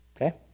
okay